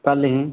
कल ही